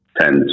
tend